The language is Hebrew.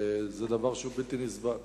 זה דבר שהוא בלתי נסבל.